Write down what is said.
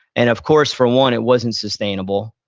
and of course, for one, it wasn't sustainable.